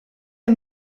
aan